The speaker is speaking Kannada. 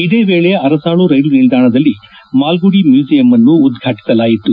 ಇದೇ ವೇಳೆ ಅರಸಾಳು ರೈಲು ನಿಲ್ಲಾಣದಲ್ಲಿ ಮಾಲ್ಗುಡಿ ಮ್ಯೂಸಿಯಂನ್ನು ಉದ್ವಾಟಿಸಲಾಯಿತು